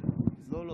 זה מונע.